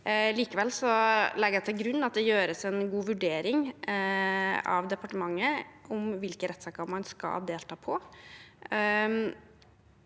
Likevel legger jeg til grunn at det gjøres en god vurdering av departementet om hvilke rettssaker man skal delta på.